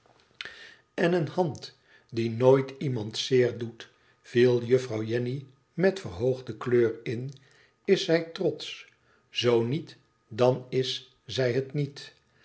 en eene hand die nooit iemand zeer doet viel juffrouw jenny met verhoogde kleur in is zij trotsch zoo niet dan is zij het niet